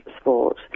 sport